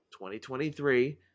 2023